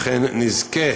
אכן נזכה